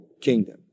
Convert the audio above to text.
kingdom